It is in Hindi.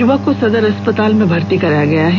युवक को सदर अस्पताल में भर्ती कराया गया है